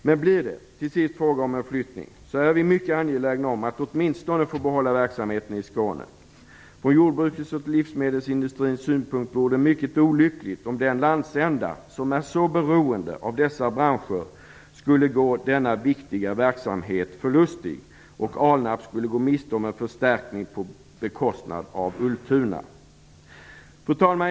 Men om det till sist blir fråga om en flyttning är vi i Skåne mycket angelägna om att åtminstone få behålla verksamheten där. Från jordbrukets och livmedelsindustrins synpunkt vore det mycket olyckligt om den landsända som är så beroende av dessa branscher skulle gå denna viktiga verksamhet förlustig, och Alnarp skulle gå miste om en förstärkning på bekostnad av Ultuna. Fru talman!